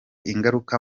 ingaruka